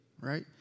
right